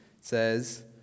says